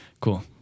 cool